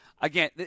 again